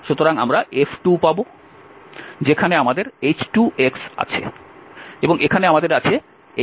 সুতরাং আমরা F2পাব যেখানে আমাদের h2আছে এবং এখানে আমাদের আছে h1